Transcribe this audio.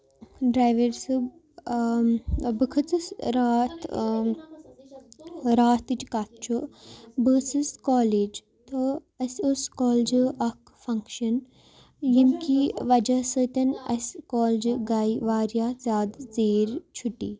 driver صٲب بہٕ کھٕژٕس راتھ راتھٕچ کَتھ چھُ بہٕ ٲسٕس کالیج تہٕ اَسہِ اوس کالجہِ اکھ فنگشن ییٚمہِ کہِ وجہہ سۭتۍ اَسہِ کالجہِ گے واریاہ زیادٕ ژِیٖر چھُٹی